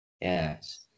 Yes